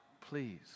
please